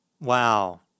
Wow